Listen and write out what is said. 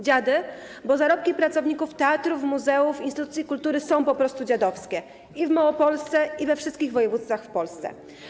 Dziady, bo zarobki pracowników teatrów, muzeów, instytucji kultury są po prostu dziadowskie i w Małopolsce, i we wszystkich województwach w Polsce.